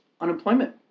unemployment